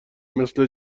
مثل